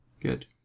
Good